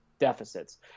Deficits